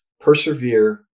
persevere